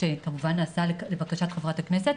שכמובן נעשה לבקשת חברת הכנסת,